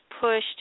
pushed